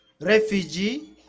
refugee